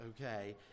okay